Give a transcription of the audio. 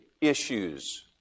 issues